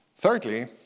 Thirdly